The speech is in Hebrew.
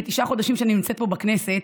בתשעה חודשים שאני נמצאת פה בכנסת,